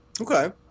Okay